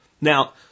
Now